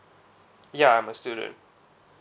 ya I'm a student